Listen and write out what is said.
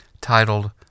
titled